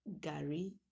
Gary